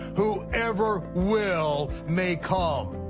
whoever will may come.